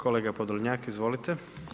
Kolega Podolnjak, izvolite.